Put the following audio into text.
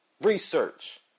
Research